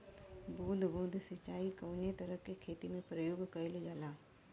बूंद बूंद सिंचाई कवने तरह के खेती में प्रयोग कइलजाला?